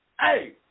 Hey